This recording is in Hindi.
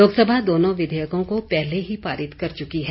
लोकसभा दोनों विधेयकों को पहले ही पारित कर चुकी है